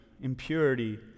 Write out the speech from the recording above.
impurity